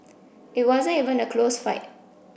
it wasn't even a close fight